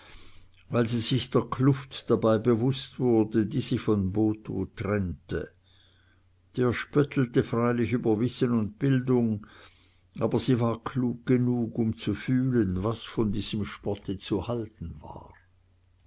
weil sie sich der kluft dabei bewußt wurde die sie von botho trennte der spöttelte freilich über wissen und bildung aber sie war klug genug um zu fühlen was von diesem spotte zu halten war